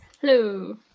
hello